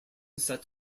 set